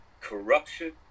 corruption